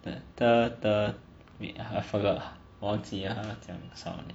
wait I forgot 我忘记了